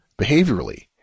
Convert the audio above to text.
behaviorally